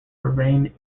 remain